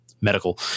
medical